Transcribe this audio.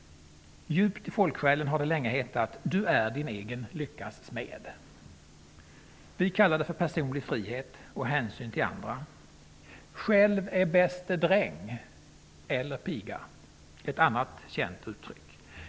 Djupt i folksjälen har det länge hetat: Du är din egen lyckas smed. Vi kallar det för personlig frihet och hänsyn till andra. Själv är bästa dräng -- eller piga -- är ett annat känt uttryck.